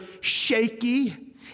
shaky